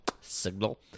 signal